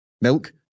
milk